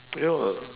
ya lah